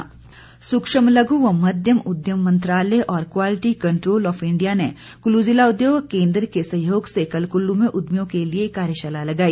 कार्यशाला सूक्ष्म लघु व मध्यम उद्यम मंत्रालय और क्वालिटी कंट्रोल ऑफ इंडिया ने कुल्लू जिला उद्योग केन्द्र के सहयोग से कल कल्लू में उद्यमियों के लिए एक कार्यशाला लगाई